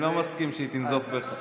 אני לא מסכים שהיא תנזוף בך.